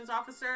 officer